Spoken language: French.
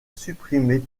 supprimer